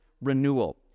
renewal